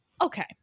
Okay